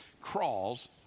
crawls